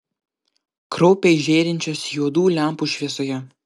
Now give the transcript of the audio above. kraupiai žėrinčios juodų lempų šviesoje